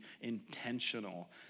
intentional